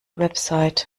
website